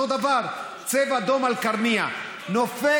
קרה לנו?